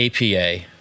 APA